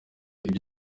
ibyo